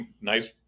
nice